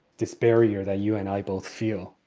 this barrier that you and i both feel